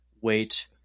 wait